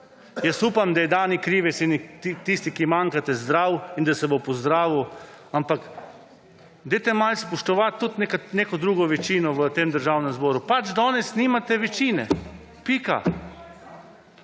Upam, da je Dani Krivec in tisti, ki manjkate, zdrav in da se bo pozdravil, ampak malo spoštujte tudi neko drugo večino v tem državnem zboru. Pač danes nimate večine. Pika.